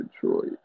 Detroit